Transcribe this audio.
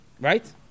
Right